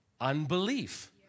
Unbelief